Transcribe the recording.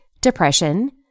depression